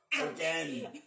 Again